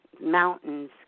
mountains